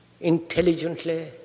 intelligently